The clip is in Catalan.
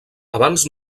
abans